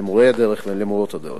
למורי הדרך ולמורות הדרך.